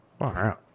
Wow